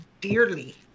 dearly